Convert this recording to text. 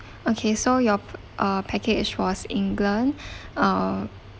okay so your uh package is for england err